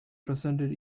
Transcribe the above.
presented